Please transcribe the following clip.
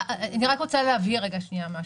אני רק רוצה להבהיר משהו.